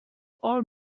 all